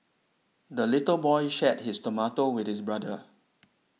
the little boy shared his tomato with his brother